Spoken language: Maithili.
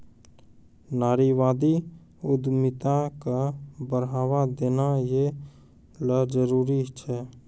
नारीवादी उद्यमिता क बढ़ावा देना यै ल जरूरी छै